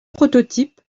prototypes